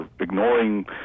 ignoring